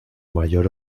mayor